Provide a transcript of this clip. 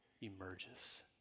emerges